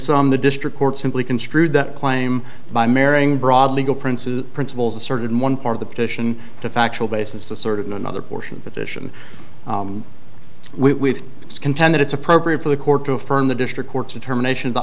some the district court simply construed that claim by marrying broad legal prince's principles asserted in one part of the petition the factual basis a sort of in another portion petition we contend that it's appropriate for the court to affirm the district court's determination